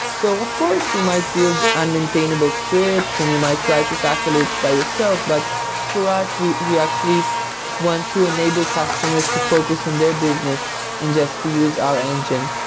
so of course, you might build unmaintainable scripts and you might try to tackle it by yourself. but for us, we actually actually want to enable customers to focus on their business and just to use our engine.